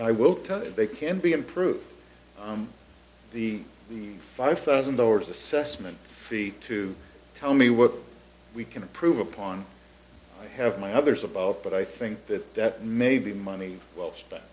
i will tell you they can be improved the the five thousand dollars assessment feet to tell me what we can improve upon i have my others about but i think that that may be money well